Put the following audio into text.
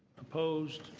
opposed,